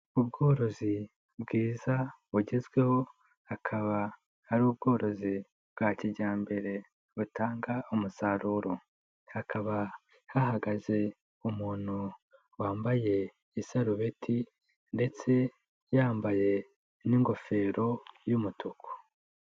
Ubworozi bwiza bugezweho, akaba hari ubworozi bwa kijyambere butanga umusaruro. Hakaba hahagaze umuntu wambaye isarubeti ndetse yambaye n'ingofero y'umutuku.